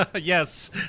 Yes